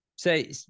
Say